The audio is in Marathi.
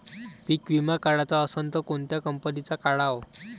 पीक विमा काढाचा असन त कोनत्या कंपनीचा काढाव?